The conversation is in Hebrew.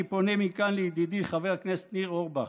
אני פונה מכאן לידידי חבר הכנסת ניר אורבך: